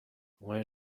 where